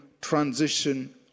transition